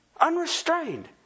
unrestrained